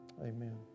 Amen